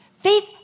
Faith